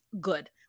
good